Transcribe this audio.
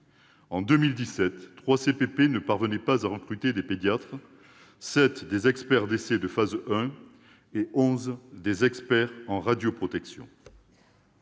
En 2017, trois CPP ne parvenaient pas à recruter de pédiatres, sept des experts d'essais de phase 1 et onze des experts en radioprotection.